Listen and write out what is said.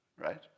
right